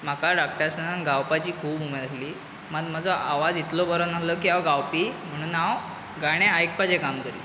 म्हाका धाकटे आसतना गावपाची खूब उमेद आसली मात म्हजो आवाज इतलो बरो नासलो की हांव गावपी म्हणून हांव गाणें आयकपाचें काम करी